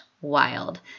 wild